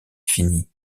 finie